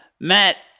Matt